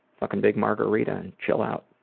fucking big margarita and chill out.